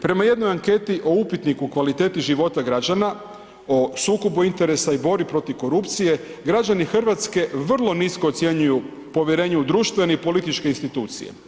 Prema jednoj anketi o upitniku kvaliteti života građana o sukobu interesa i borbi protiv korupcije građani Hrvatske vrlo nisko ocjenjuju povjerenje u društvene i političke institucije.